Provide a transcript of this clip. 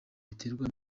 baterwa